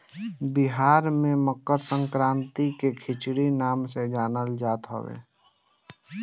बिहार में मकरसंक्रांति के खिचड़ी नाम से जानल जात हवे